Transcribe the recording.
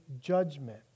judgment